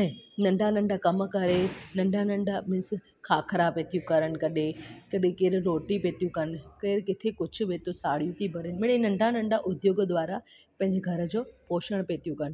ऐं नंढा नंढा कम करे नंढा नंढा भाई सिर्फ़ु खाखरा पयूं थी करनि कॾहिं कॾहिं केरु रोटियूं पयूं थी कनि केरु किथे कुझु बि थो साड़ी थी भरे मिड़ेई नंढा नंढा उद्योग द्वारा पंहिंजे घर जो पोषण पई थियूं कनि